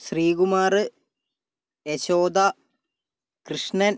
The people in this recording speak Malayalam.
ശ്രീകുമാറ് യശോദ കൃഷ്ണൻ